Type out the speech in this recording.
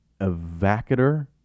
Evacator